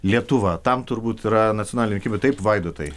lietuva tam turbūt yra nacionaliniai rinkimai bet taip vaidotai